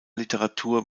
literatur